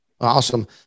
Awesome